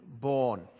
born